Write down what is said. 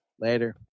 Later